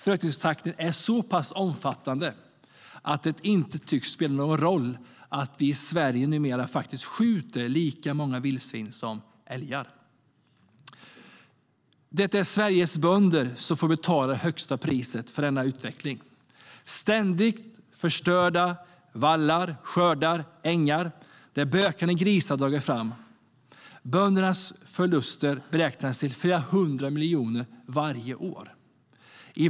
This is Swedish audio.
Förökningstakten är så pass omfattande att det inte tycks spela någon roll att vi i Sverige numera faktiskt skjuter lika många vildsvin som älgar. Det är Sveriges bönder som får betala det högsta priset för denna utveckling. Det är ständigt förstörda vallar, skördar och ängar, där bökande grisar dragit fram. Böndernas förluster beräknas till flera hundra miljoner varje år.